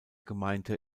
gemeinde